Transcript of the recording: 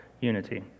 unity